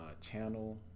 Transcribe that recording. channel